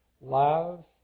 Love